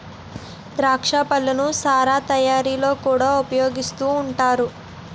ద్రాక్ష పళ్ళను సారా తయారీలో కూడా ఉపయోగిస్తూ ఉంటారు